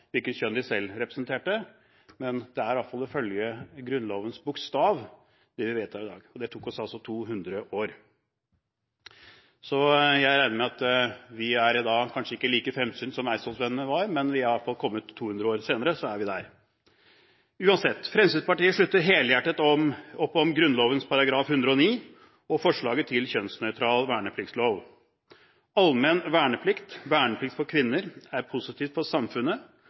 kjønn de selv representerte, men det er iallfall ifølge Grunnlovens bokstav det vi vedtar i dag – og det tok oss altså 200 år. Jeg regner da med at vi kanskje ikke er like fremsynte som eidsvollsmennene var, men 200 år senere er vi iallfall der. Uansett, Fremskrittspartiet slutter helhjertet opp om Grunnloven § 109 og forslaget til kjønnsnøytral vernepliktslov. Allmenn verneplikt, verneplikt for kvinner, er positivt for samfunnet,